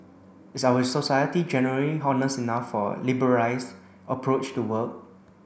is our society generally honest enough for a liberalised approach to work